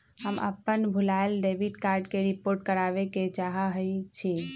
हम अपन भूलायल डेबिट कार्ड के रिपोर्ट करावे के चाहई छी